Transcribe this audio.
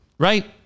Right